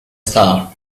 star